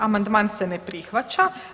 Amandman se ne prihvaća.